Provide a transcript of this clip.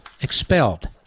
expelled